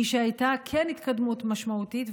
היא שכן הייתה התקדמות משמעותית,